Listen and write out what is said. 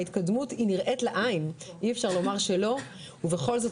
ההתקדמות היא נראית לעין ואי אפשר לומר שלא ובכל זאת,